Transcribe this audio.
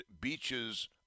beaches